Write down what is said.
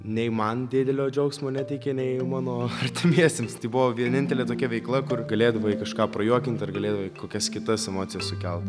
nei man didelio džiaugsmo neteikė nei mano artimiesiems tai buvo vienintelė tokia veikla kur galėdavai kažką prajuokint ar galėdavai kokias kitas emocijas sukelt